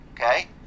okay